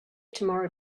tomorrow